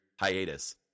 hiatus